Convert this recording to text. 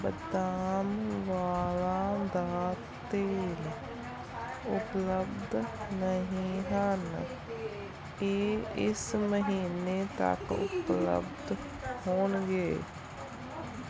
ਬਦਾਮ ਵਾਲਾਂ ਦਾ ਤੇਲ ਉਪਲਬਧ ਨਹੀਂ ਹਨ ਇਹ ਇਸ ਮਹੀਨੇ ਤੱਕ ਉਪਲਬਧ ਹੋਣਗੇ